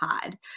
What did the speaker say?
Pod